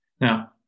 Now